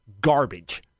garbage